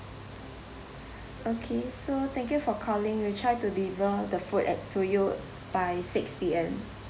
okay so thank you for calling we'll try to deliver the food at to you by six P_M